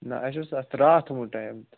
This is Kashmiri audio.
نہ اَسہِ اوس اتھ راتھ تھومُت ٹایم